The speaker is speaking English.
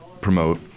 promote